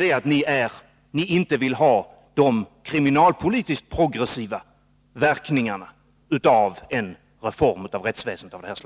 är att ni inte vill ha de kriminalpolitiskt progressiva verkningarna av detta slags reform av rättsväsendet.